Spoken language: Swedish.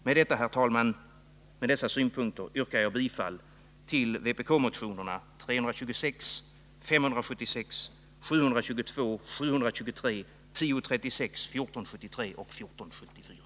Med dessa synpunkter, herr talman, yrkar jag bifall till vpk-motionerna 326, 576, 722, 723, 1036, 1473 och 1474.